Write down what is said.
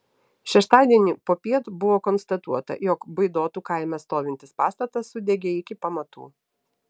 šeštadienį popiet buvo konstatuota jog baidotų kaime stovintis pastatas sudegė iki pamatų